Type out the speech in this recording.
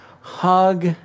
hug